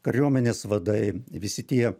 kariuomenės vadai visi tie